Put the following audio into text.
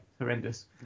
horrendous